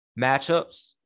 matchups